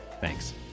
Thanks